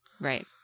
Right